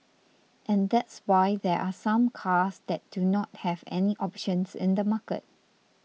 and that's why there are some cars that do not have any options in the market